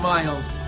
Miles